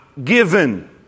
given